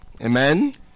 Amen